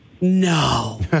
No